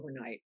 overnight